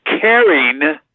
caring